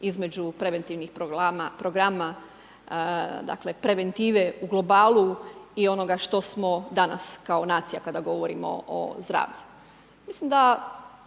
između preventivnih programa, dakle preventive u globalu i onoga što smo danas kao nacija kada govorimo o zdravlju. Mislim da